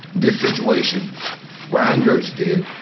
this situation brian gertz did.